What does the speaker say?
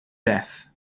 death